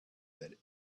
that